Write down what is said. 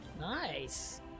Nice